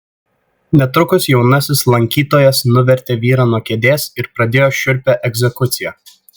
netrukus jaunasis lankytojas nuvertė vyrą nuo kėdės ir pradėjo šiurpią egzekuciją